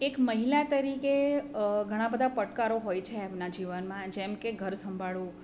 એક મહિલા તરીકે ઘણા બધા પડકારો હોય છે એમના જીવનમાં જેમ કે ઘર સંભાળવું